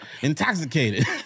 intoxicated